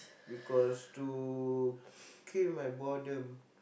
because to kill my boredom